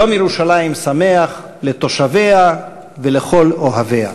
יום ירושלים שמח לתושביה ולכל אוהביה.